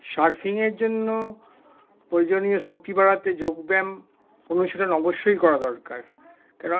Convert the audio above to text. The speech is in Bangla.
সার্ফিংয়ের জন্য প্রয়োজনীয় শক্তি বাড়াতে যোগব্যায়াম অনুশীলন অবশ্যই করা দরকার কেন